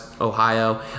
Ohio